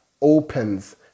opens